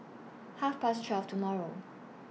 Half Past twelve tomorrow